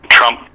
Trump